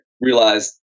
realized